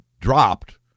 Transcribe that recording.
dropped